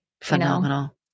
Phenomenal